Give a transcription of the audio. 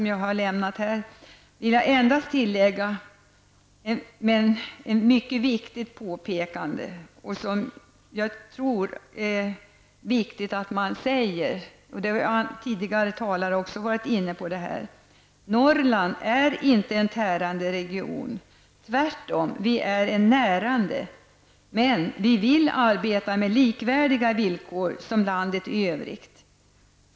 Jag vill endast tillägga -- det är mycket viktigt att påpeka, och det har också tidigare talare varit inne på -- att Norrland inte är en tärande region; tvärtom är vi närande, men vi vill arbeta under villkor som är likvärdiga villkoren i landet i övrigt.